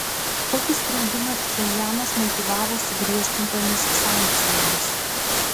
tokį sprendimą pchenjanas motyvavo sugriežtintomis sankcijomis